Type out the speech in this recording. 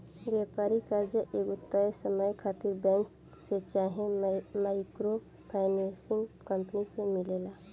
व्यापारिक कर्जा एगो तय समय खातिर बैंक से चाहे माइक्रो फाइनेंसिंग कंपनी से मिलेला